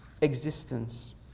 existence